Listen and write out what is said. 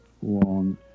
one